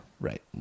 Right